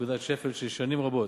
נקודת שפל של שנים רבות.